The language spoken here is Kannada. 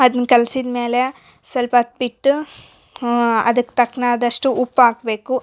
ಅದ್ನ ಕಲ್ಸಿದ ಮೇಲೆ ಸ್ವಲ್ಪತ್ತು ಬಿಟ್ಟು ಹೂಂ ಅದಕ್ಕೆ ತಕ್ಕನಾದಷ್ಟು ಉಪ್ಪು ಹಾಕ್ಬೇಕು